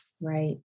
Right